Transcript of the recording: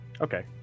Okay